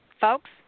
folks